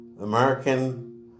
American